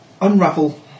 unravel